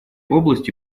области